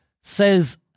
says